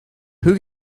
who